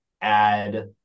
add